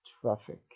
traffic